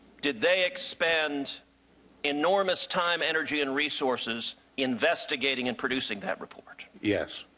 did they expend enormous time, energy and resources investigating and producing that report? yes.